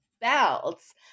belts